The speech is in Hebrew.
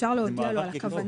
אפשר להודיע לו על הכוונה,